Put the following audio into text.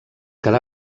quedà